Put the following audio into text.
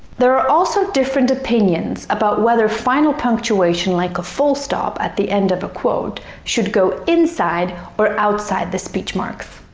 there are also different opinions about whether final punctuation like a full stop at the end of a quote should go inside or outside the speech marks.